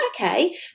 okay